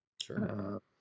Sure